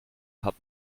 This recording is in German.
hat